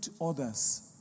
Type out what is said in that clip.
others